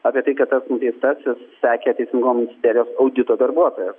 apie tai kad tas nuteistasis sekė teisingumo ministerijos audito darbuotojas